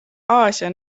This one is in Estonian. aasia